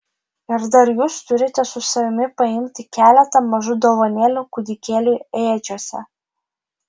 ir dar jūs turite su savimi paimti keletą mažų dovanėlių kūdikėliui ėdžiose